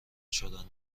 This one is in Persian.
شدن